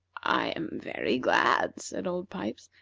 i am very glad, said old pipes,